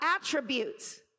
attributes